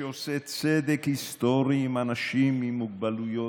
שעושה צדק היסטורי עם אנשים עם מוגבלויות,